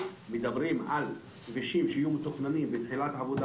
מדברים על כבישים שיהיו מתוכננים לתחילת עבודה